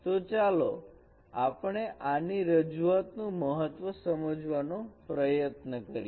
તો ચાલો આપણે આ ની રજૂઆત નું મહત્વ સમજવાનો પ્રયત્ન કરીએ